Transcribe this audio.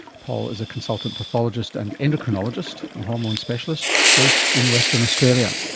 paul is a consultant pathologist and endocrinologist, a hormone specialist, based in western australia.